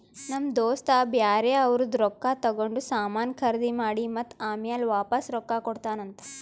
ನಮ್ ದೋಸ್ತ ಬ್ಯಾರೆ ಅವ್ರದ್ ರೊಕ್ಕಾ ತಗೊಂಡ್ ಸಾಮಾನ್ ಖರ್ದಿ ಮಾಡಿ ಮತ್ತ ಆಮ್ಯಾಲ ವಾಪಾಸ್ ರೊಕ್ಕಾ ಕೊಡ್ತಾನ್ ಅಂತ್